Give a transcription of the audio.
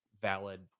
valid